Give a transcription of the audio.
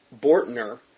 Bortner